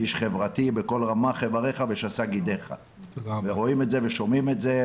איש חברתי בכל רמ"ח אבריך ושס"ה גידיך ורואים ושומעים את זה,